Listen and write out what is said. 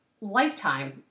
lifetime